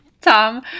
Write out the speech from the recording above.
Tom